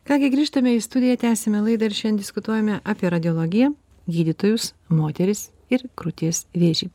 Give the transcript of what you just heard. ką gi grįžtame į studiją tęsiame laidą ir šian diskutuojame apie radiologiją gydytojus moteris ir krūties vėžį